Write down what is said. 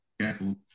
careful